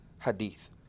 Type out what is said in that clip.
hadith